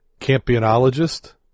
campionologist